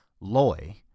Loy